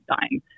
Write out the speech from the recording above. dying